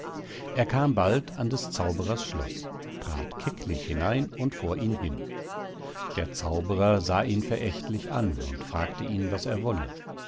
er kam bald an des zauberers schloß trat kecklich hinein und vor ihn hin der zauberer sah ihn verächtlich an und fragte ihn was er wolle